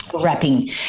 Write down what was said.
wrapping